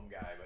guy